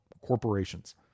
corporations